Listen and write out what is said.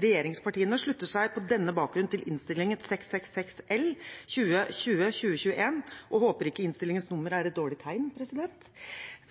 Regjeringspartiene slutter seg på denne bakgrunn til komiteens tilråding i Innst. 666 L for 2020–2021 – og håper ikke innstillingens nummer er et dårlig tegn, president –